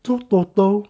so total